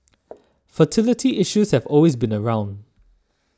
fertility issues have always been around